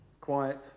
quiet